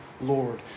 Lord